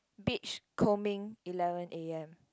beach combing eleven A_M